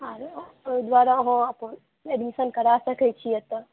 ओहि दुआरे अहाँ अपन एडमिशन करा सकै छी एतऽ